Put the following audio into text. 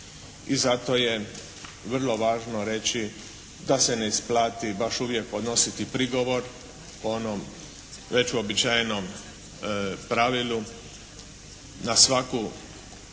I zato je vrlo važno reći da se ne isplati baš uvijek podnositi prigovor po onom već uobičajenom pravilu na svaku odluku